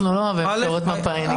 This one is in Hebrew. אנחנו לא אוהבים פשרות מפא"יניקיות.